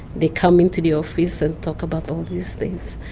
they come into the office and talk about all these things.